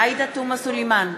עאידה תומא סלימאן,